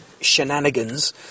shenanigans